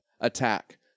Attack